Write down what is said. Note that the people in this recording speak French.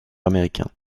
américains